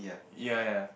ya ya